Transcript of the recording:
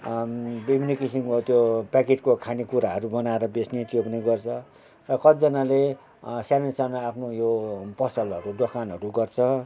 विभिन्न किसिमको त्यो प्याकेटको खाने कुराहरू बनाएर बेच्ने त्यो पनि गर्छ र कति जनाले सानो सानो आफ्नो यो पसलहरू दोकानहरू गर्छ